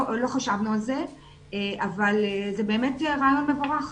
לא חשבנו על זה אבל זה באמת רעיון מבורך.